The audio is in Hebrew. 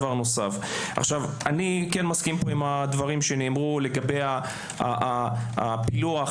אני כן מסכים עם הדברים שנאמרו לגבי הפילוח,